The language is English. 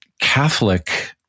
Catholic